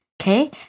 Okay